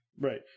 Right